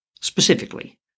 Specifically